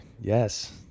yes